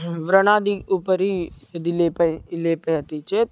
व्रणादि उपरि यदि लेपं लेपयति चेत्